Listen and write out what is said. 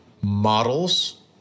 models